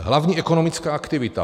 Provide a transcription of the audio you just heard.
Hlavní ekonomická aktivita.